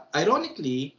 ironically